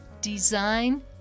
Design